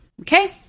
Okay